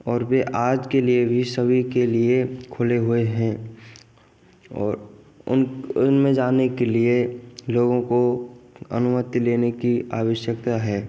और वे आज के लिए भी सभी के लिए खुले हुए है और उनके उनमें जाने ले लिए लोगों को अनुमति लेने की आवश्यकता है